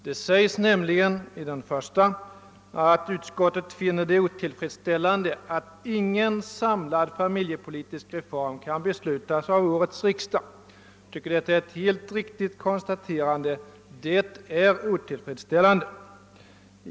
I första stycket heter det: »Utskottet finner det otillfredsställande att ingen samlad familjepolitisk reform kan beslutas av årets riksdag.» Jag tycker att detta är ett riktigt konstaterande — det är otillfredsställande.